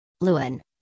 Lewin